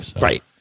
Right